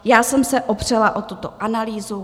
Já jsem se opřela o tuto analýzu.